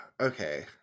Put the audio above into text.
Okay